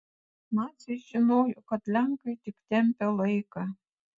naciai žinojo kad lenkai tik tempia laiką